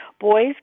boys